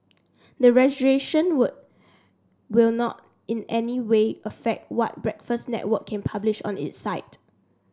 the registration will will not in any way affect what Breakfast Network can publish on its site